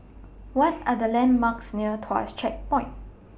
What Are The landmarks near Tuas Checkpoint